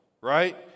right